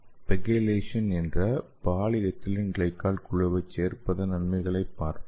PEGylation என்ற polyethylene glycol குழுவைச் சேர்ப்பதன் நன்மைகளைப் பார்ப்போம்